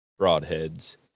broadheads